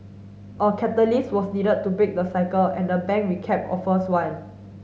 a catalyst was needed to break the cycle and the bank recap offers one